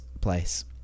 place